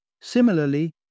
Similarly